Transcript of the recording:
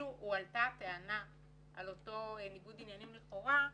משהועלתה הטענה על אותו ניגוד עניינים לכאורה,